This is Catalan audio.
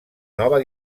nova